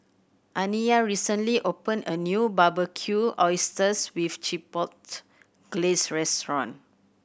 Aniya recently opened a new Barbecued Oysters with Chipotle Glaze Restaurant